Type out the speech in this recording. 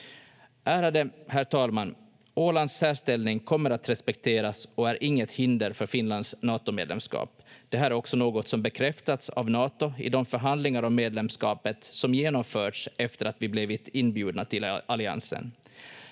Ärade herr talman! Ålands särställning kommer att respekteras och är inget hinder för Finlands Natomedlemskap. Det här är också något som bekräftats av Nato i de förhandlingar om medlemskapet som genomförts efter att vi blivit inbjudna till alliansen.